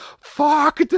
fuck